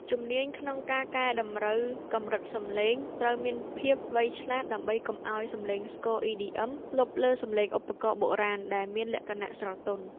ជំនាញក្នុងការកែតម្រូវកម្រិតសំឡេង ត្រូវមានភាពវៃឆ្លាត ដើម្បីកុំឱ្យសំឡេងស្គរ EDM លុបលើសំឡេងឧបករណ៍បុរាណដែលមានលក្ខណៈស្រទន់។